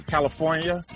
California